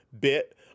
bit